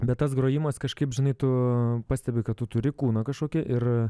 bet tas grojimas kažkaip žinai tu pastebi kad tu turi kūną kažkokį ir